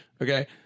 Okay